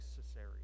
necessary